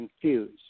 confused